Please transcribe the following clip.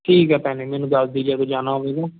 ਠੀਕ ਹੈ ਭੈਣੇ ਮੈਨੂੰ ਦੱਸਦੀ ਜਦੋਂ ਜਾਣਾ ਹੋਵੇਗਾ